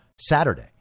Saturday